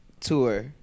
tour